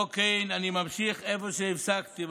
אני ממשיך במקום שבו הפסקתי,